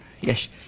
Yes